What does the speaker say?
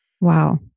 Wow